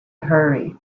hurry